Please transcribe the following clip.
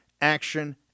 action